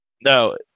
No